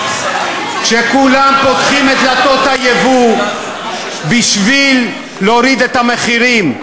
כשכולם פותחים את דלתות היבוא בשביל להוריד את המחירים,